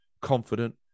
confident